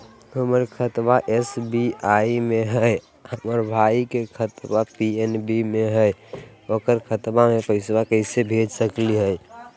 हमर खाता एस.बी.आई में हई, हमर भाई के खाता पी.एन.बी में हई, ओकर खाता में पैसा कैसे भेज सकली हई?